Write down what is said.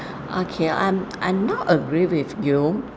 okay I'm I'm not agree with you